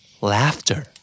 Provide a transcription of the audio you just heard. Laughter